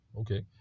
okay